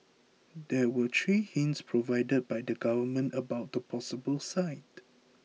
there were three hints provided by the government about the possible site